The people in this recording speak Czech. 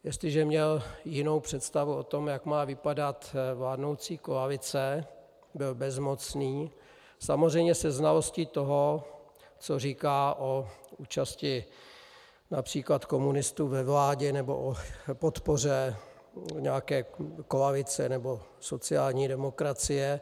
Jestliže měl jinou představu o tom, jak má vypadat vládnoucí koalice, byl bezmocný, samozřejmě se znalostí toho, co říká o účasti např. komunistů ve vládě nebo o podpoře nějaké koalice nebo sociální demokracie...